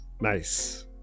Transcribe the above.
Nice